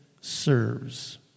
serves